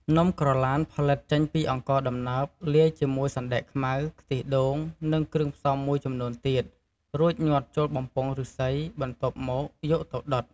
នំក្រឡានផលិតចេញពីអង្ករដំណើប លាយជាមួយសណ្ដែកខ្មៅ ខ្ទិះដូង និងគ្រឿងផ្សំមួយចំនួនទៀត រួចញាត់ចូលបំពង់ឫស្សី បន្ទាប់មកយកទៅដុត។